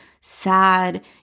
sad